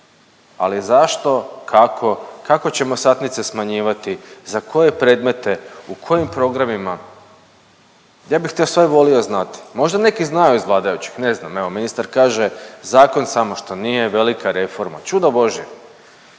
ali zašto, kako, kako ćemo satnice smanjivati za koje predmete, u kojim programima ja bih to sve volio znati. Možda neki znaju iz vladajućih, ne znam evo ministar kaže zakon samo što nije, velika reforma, čuda božja,